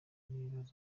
n’ibibazo